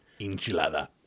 enchilada